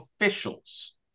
officials